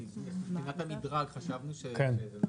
מבחינת המדרג, חשבנו שזה נכון.